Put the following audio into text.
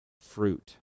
fruit